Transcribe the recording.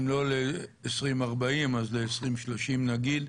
אם לא ל-2040 אז ל-2030 נגיד,